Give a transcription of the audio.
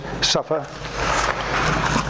suffer